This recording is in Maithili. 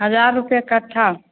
हजार रुपए कट्ठा